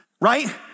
right